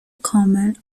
کامل